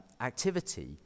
activity